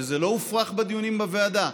וזה לא הופרך בדיונים בוועדה,